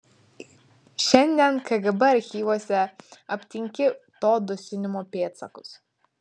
šiandien kgb archyvuose aptinki to dusinimo pėdsakus